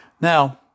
Now